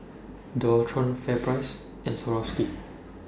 Dualtron FairPrice and Swarovski